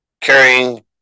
carrying